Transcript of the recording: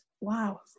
wow